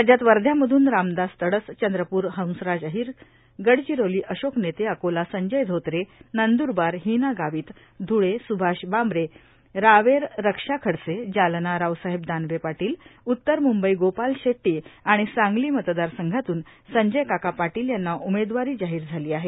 राज्यात वध्यामधून रामदास तडस चंद्रपूर हंसराज अहिर गडचिरोली अशोक नेते अकोला संजय धोत्रे नंदूरबार हिना गावित धुळे सुभाष भामरे रावेर रक्षा खडसे जालना रावसाहेब दानवे पाटील उत्तर मुंबई गोपाल शेट्टी आणि सांगली मतदारसंघातून संजय काका पाटील यांना उमेदवारी जाहीर झाली आहे